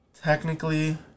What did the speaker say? Technically